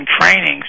trainings